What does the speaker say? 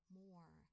more